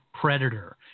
predator